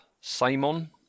Simon